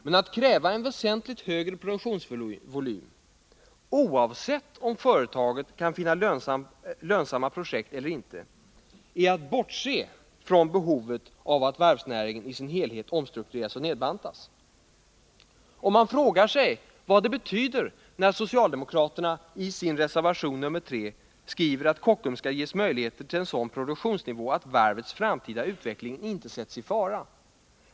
Men att kräva en väsentligt högre produktionsvolym, oavsett om företaget kan finna lönsamma projekt eller inte, är att bortse från behovet av att varvsnäringen i sin helhet omstruktureras och nedbantas. Och man frågar sig vad det betyder när socialdemokraterna i sin reservation 3 skriver att Kockums skall ges möjligheter till en sådan produktionsnivå att varvets framtida utveckling inte sätts i fara.